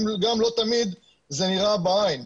גם לא תמיד זה נראה בעין.